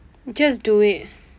just do it